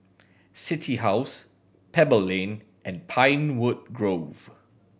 City House Pebble Lane and Pinewood Grove